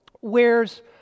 wears